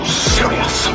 serious